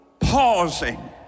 pausing